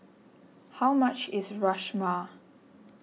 how much is Rajma